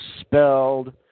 spelled